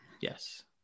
Yes